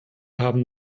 haben